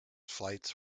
flights